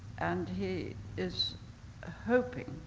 and he is hoping,